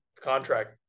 contract